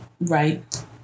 Right